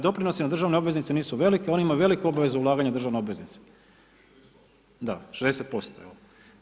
Doprinosi na državne obveznice nisu velike, oni imaju veliku obavezu ulaganja u državne obveznice, dobro 60% evo.